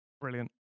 Brilliant